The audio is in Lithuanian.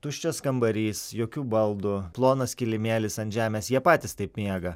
tuščias kambarys jokių baldų plonas kilimėlis ant žemės jie patys taip miega